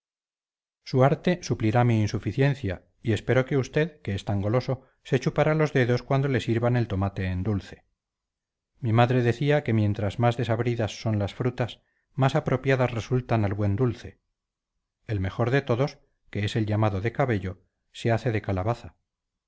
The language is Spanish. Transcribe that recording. arte suplirá mi insuficiencia y espero que usted que es tan goloso se chupará los dedos cuando le sirvan el tomate en dulce mi madre decía que mientras más desabridas son las frutas más apropiadas resultan al buen dulce el mejor de todos que es el llamado de cabello se hace de calabaza